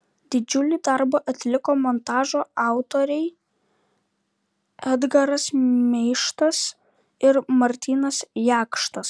didžiulį darbą atliko montažo autoriai edgaras meištas ir martynas jakštas